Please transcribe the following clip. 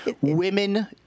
Women